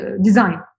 design